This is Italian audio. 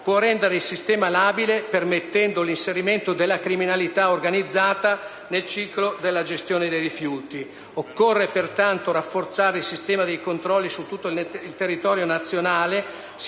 può rendere il sistema labile, permettendo l'inserimento della criminalità organizzata nel ciclo della gestione dei rifiuti. Occorre pertanto rafforzare il sistema dei controlli su tutto il territorio nazionale